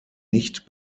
nicht